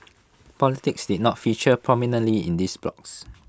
politics did not feature prominently in these blogs